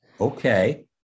okay